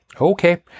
Okay